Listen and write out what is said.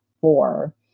four